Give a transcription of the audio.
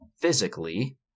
physically